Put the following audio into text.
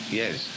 yes